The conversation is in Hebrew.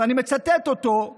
ואני מצטט אותו,